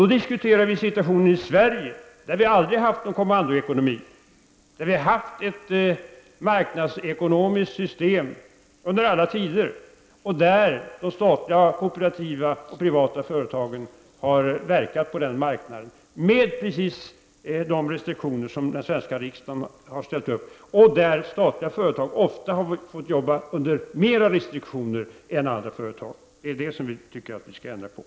Nu diskuterar vi situationen i Sverige, där vi aldrig har haft någon kommandoekonomi utan där vi i alla tider har haft ett marknadsekonomiskt system och där statliga, kooperativa och privata företag har verkat. Det har då skett med de restriktioner som den svenska riksdagen har ställt upp. Ofta har statliga företag fått arbeta med flera restriktioner än andra företag. Det är det som vi tycker att vi skall ändra på.